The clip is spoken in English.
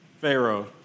Pharaoh